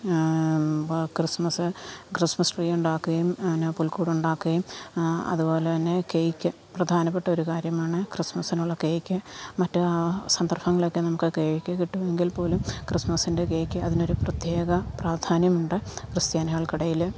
അപ്പോൾ Christmas Christmas tree ഉണ്ടാക്കുകയും പിന്നെ പുൽകൂടുണ്ടാക്കുകയും അതുപോലെ തന്നെ കെയ്ക്ക് പ്രധാനപ്പെട്ട ഒരു കാര്യമാണ് ക്രിസ്മസ്സിനുള്ള കെയ്ക്ക് മറ്റു സന്ദർഭങ്ങളിലൊക്കെ നമുക്ക് കെയ്ക്ക് കിട്ടും എങ്കിൽ പോലും ക്രിസ്മസ്സിൻ്റെ കെയ്ക്ക് അതിന് ഒരു പ്രത്യേക പ്രാധാന്യമുണ്ട് ക്രിസ്ത്യാനികൾക്ക് ഇടയിൽ